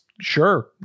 sure